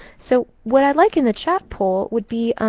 so, what i'd like in the chat pool would be,